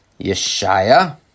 Yeshaya